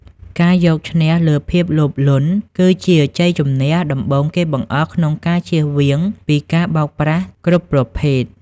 ការយកឈ្នះលើ "ភាពលោភលន់" គឺជាជ័យជម្នះដំបូងគេបង្អស់ក្នុងការចៀសវាងពីការបោកប្រាស់គ្រប់ប្រភេទ។